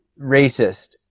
racist